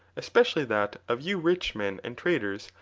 especially that of you rich men and traders,